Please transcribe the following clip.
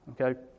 okay